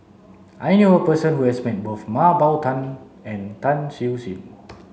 I knew a person who has met both Mah Bow Tan and Tan Siew Sin